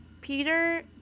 Peter